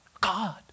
God